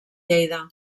lleida